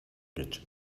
гэж